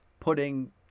putting